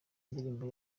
indirimbo